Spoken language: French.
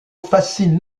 fascine